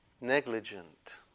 negligent